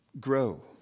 grow